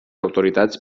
autoritats